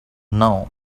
know